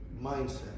mindset